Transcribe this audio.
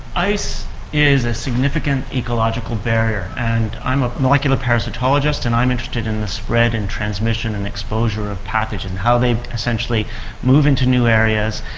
ice is a significant ecological barrier, and i'm a molecular parasitologist and i'm interested in the spread and transmission and exposure of pathogen, how they essentially move into new areas.